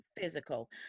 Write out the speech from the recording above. physical